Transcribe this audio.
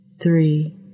three